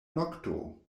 nokto